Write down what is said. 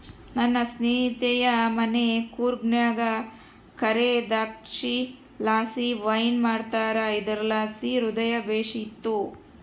ನನ್ನ ಸ್ನೇಹಿತೆಯ ಮನೆ ಕೂರ್ಗ್ನಾಗ ಕರೇ ದ್ರಾಕ್ಷಿಲಾಸಿ ವೈನ್ ಮಾಡ್ತಾರ ಇದುರ್ಲಾಸಿ ಹೃದಯ ಬೇಶಿತ್ತು